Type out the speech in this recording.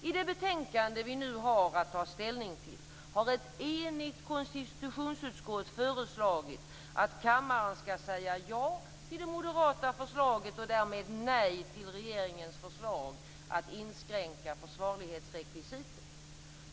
I det betänkande vi nu har att ta ställning till har ett enigt konstitutionsutskott föreslagit att kammaren skall säga ja till det moderata förslaget och därmed nej till regeringens förslag att inskränka försvarlighetsrekvisitet.